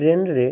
ଟ୍ରେନ୍ରେ